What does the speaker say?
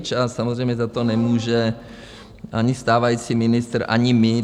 A samozřejmě za to nemůže ani stávající ministr, ani my.